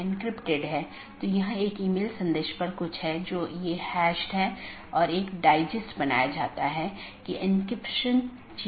दूसरे अर्थ में यह कहने की कोशिश करता है कि अन्य EBGP राउटर को राउटिंग की जानकारी प्रदान करते समय यह क्या करता है